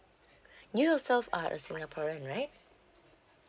you yourself are a singaporean right